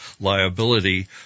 liability